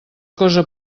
cosa